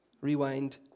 Rewind